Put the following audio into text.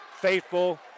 faithful